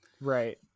Right